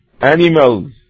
animals